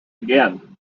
again